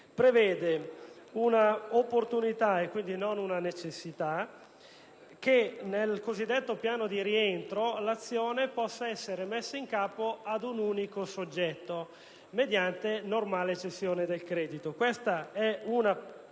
prevede l'opportunità (e non la necessità) che nel cosiddetto piano di rientro l'azione possa essere messa in capo ad un unico soggetto mediante normale cessione del credito. Si tratta di un'opportunità